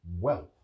wealth